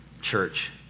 Church